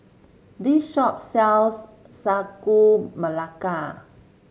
this shop sells Sagu Melaka